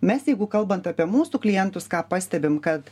mes jeigu kalbant apie mūsų klientus ką pastebim kad